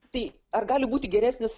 tai ar gali būti geresnis